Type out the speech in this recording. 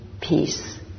peace